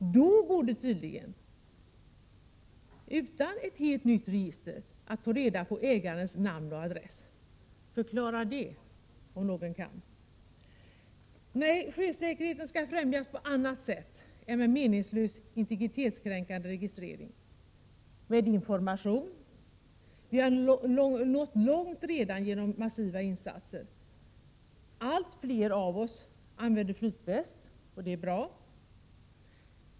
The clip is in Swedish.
I det fallet går det tydligen att få reda på ägarens namn och adress — utan ett helt nytt register. Förklara det, om någon kan. Nej, sjösäkerheten skall främjas på annat sätt än med meningslös integritetskränkande registrering. Den skall främjas med information. Vi har redan nått långt genom massiva insatser. Allt fler av oss använder flytväst. Det är bra.